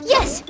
Yes